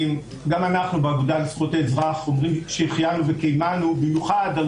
גם אנחנו באגודה לזכויות האזרח אומרים שהחיינו וקיימנו במיוחד על